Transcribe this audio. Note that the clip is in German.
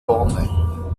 vorne